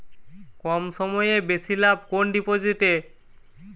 কম সময়ে বেশি লাভ কোন ডিপোজিটে?